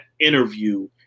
interview